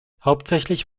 hauptsächlich